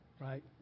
Right